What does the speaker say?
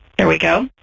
there we go.